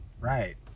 Right